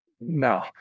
no